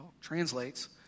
translates